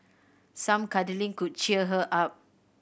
some cuddling could cheer her up